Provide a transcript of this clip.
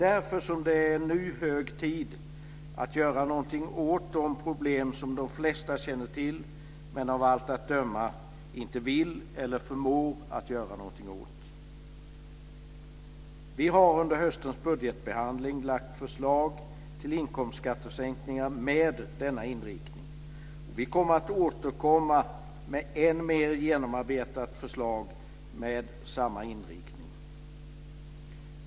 Därför är det nu hög tid att göra något åt de problem som de flesta känner till men av allt att döma inte vill eller förmår att göra något åt. Vi har under höstens budgetbehandling lagt fram förslag till inkomstskattesänkningar med denna inriktning. Vi kommer att återkomma med ett än mer genomarbetat förslag med samma inriktning.